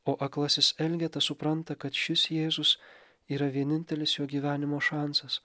o aklasis elgeta supranta kad šis jėzus yra vienintelis jo gyvenimo šansas